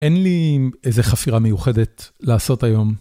אין לי איזה חפירה מיוחדת לעשות היום.